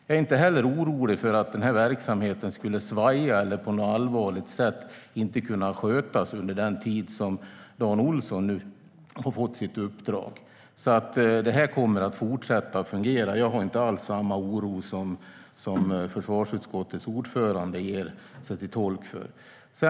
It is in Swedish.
Jag är inte heller orolig för att verksamheten skulle svaja eller på något allvarligt sätt inte kunna skötas under den tid som Dan Ohlsson nu har fått sitt uppdrag. Det kommer att fortsätta att fungera. Jag har inte alls samma oro som försvarsutskottets ordförande gör sig till tolk för.